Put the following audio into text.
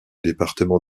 département